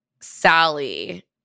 Sally